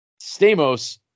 Stamos